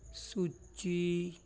ਸੂਚੀ